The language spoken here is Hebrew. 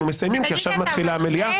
אנחנו מסיימים כי עכשיו מתחילה המליאה.